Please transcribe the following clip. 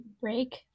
break